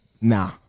Nah